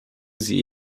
sie